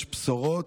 יש בשורות,